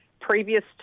previous